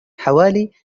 حوالي